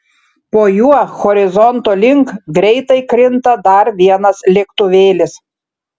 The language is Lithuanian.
po juo horizonto link greitai krinta dar vienas lėktuvėlis